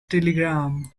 telegram